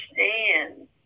understand